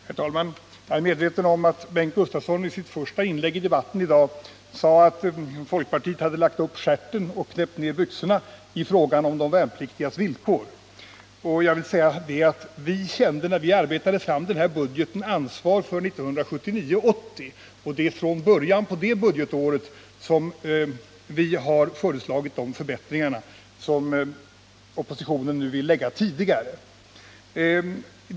Herr talman! Jag är medveten om att Bengt Gustavsson i sitt första inlägg i debatten i dag sade att folkpartiet lagt upp stjärten och knäppt ned byxorna i fråga om de värnpliktigas villkor. När vi arbetade fram denna budget, kände vi ett ansvar för 1979/80. Det är från början av det budgetåret som vi har föreslagit de förbättringar som oppositionen nu vill tidigarelägga.